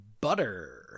butter